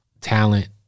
talent